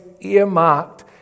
earmarked